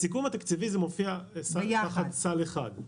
בסיכום התקציבי זה מופיע כסל אחד.